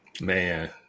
Man